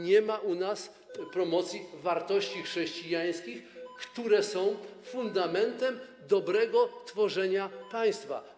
Nie ma u nas promocji wartości chrześcijańskich, które są fundamentem dobrego tworzenia państwa.